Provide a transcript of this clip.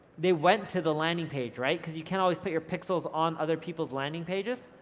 they went to the landing page, right, cause you can't always put your pixels on other people's landing pages.